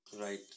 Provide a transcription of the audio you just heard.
Right